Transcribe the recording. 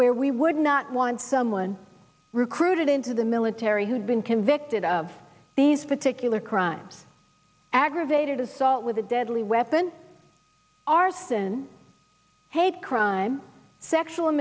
where we would not want someone recruited into the military who'd been convicted of these particular crimes aggravated assault with a deadly weapon arson hate crime sexual